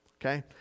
Okay